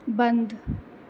बन्द